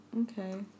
Okay